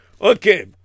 Okay